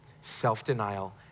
Self-denial